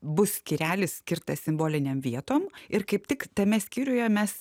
bus skyrelis skirtas simbolinėm vietom ir kaip tik tame skyriuje mes